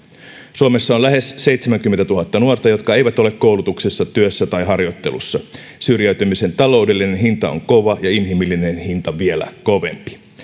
suomessa on lähes seitsemänkymmentätuhatta nuorta jotka eivät ole koulutuksessa työssä tai harjoittelussa syrjäytymisen taloudellinen hinta on kova ja inhimillinen hinta vielä kovempi